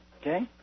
okay